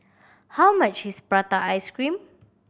how much is prata ice cream